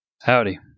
Howdy